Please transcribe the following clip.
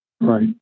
Right